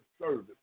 service